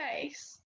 face